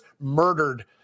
murdered